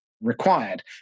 required